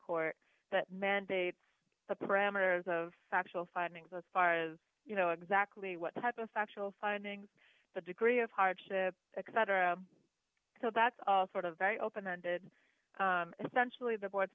court that mandates the parameters of factual findings as far as you know exactly what type of factual findings the degree of hardship etc so that's all sort of very open ended essentially the board